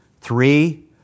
Three